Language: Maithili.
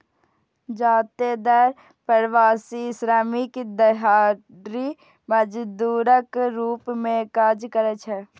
जादेतर प्रवासी श्रमिक दिहाड़ी मजदूरक रूप मे काज करै छै